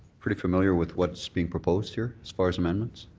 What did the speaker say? pretty familiar with what's being proposed here, as far as amendments?